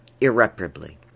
irreparably